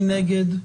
מי נגד?